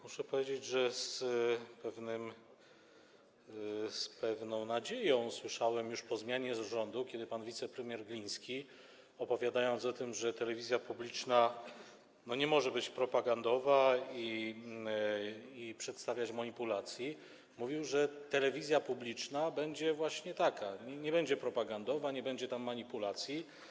Muszę powiedzieć, że z pewną nadzieją słyszałem, już po zmianie rządu, kiedy pan wicepremier Gliński, opowiadając o tym, że telewizja publiczna nie może być propagandowa ani przedstawiać manipulacji, mówił, że telewizja publiczna będzie właśnie taka: nie będzie propagandowa, nie będzie tam manipulacji.